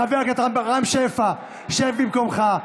חבר הכנסת רם שפע, שב במקומך.